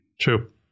True